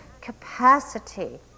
capacity